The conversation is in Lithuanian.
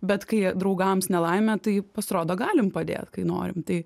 bet kai draugams nelaimė tai pasirodo galim padėt kai norim tai